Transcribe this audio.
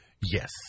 Yes